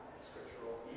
scriptural